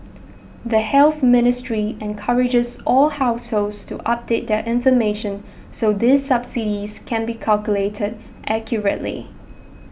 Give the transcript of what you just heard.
the Health Ministry encourages all households to update their information so these subsidies can be calculated accurately